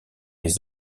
les